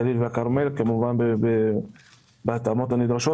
גליל וכרמל, כמובן בהתאמות הנדרשות.